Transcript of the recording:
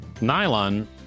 nylon